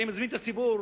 אני מזמין את הציבור